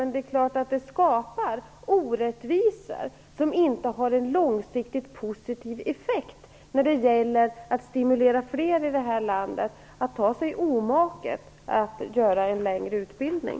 Men det är klart att det skapar orättvisor som långsiktigt inte har någon positiv effekt när det gäller att stimulera fler människor i det här landet till att göra sig omaket att gå en längre utbildning.